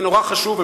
זה נורא חשוב,